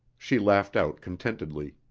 she laughed out contentedly.